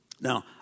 Now